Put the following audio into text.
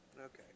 Okay